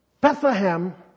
Bethlehem